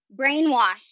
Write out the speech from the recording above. brainwashed